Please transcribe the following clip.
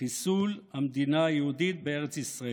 חיסול המדינה היהודית בארץ ישראל.